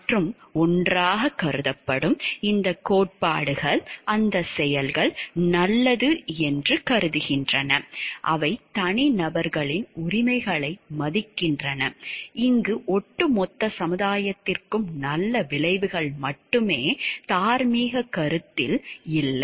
மற்றும் ஒன்றாகக் கருதப்படும் இந்த கோட்பாடுகள் அந்த செயல்கள் நல்லது என்று கருதுகின்றன அவை தனிநபர்களின் உரிமைகளை மதிக்கின்றன இங்கு ஒட்டுமொத்த சமுதாயத்திற்கும் நல்ல விளைவுகள் மட்டுமே தார்மீகக் கருத்தில் இல்லை